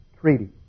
treaty